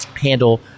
handle